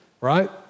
right